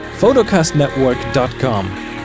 Photocastnetwork.com